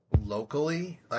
locally